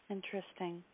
Interesting